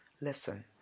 Listen